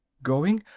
going!